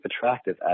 attractive